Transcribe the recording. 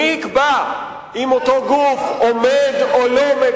מי יקבע אם אותו גוף עומד או לא עומד,